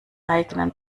eigenen